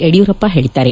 ಯಡಿಯೂರಪ್ಪ ಹೇಳಿದ್ದಾರೆ